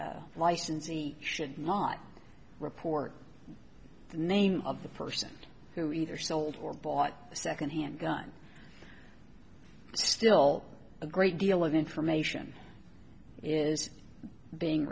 licensee should not report the name of the person who either sold or bought a second hand gun still a great deal of information is being